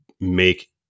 make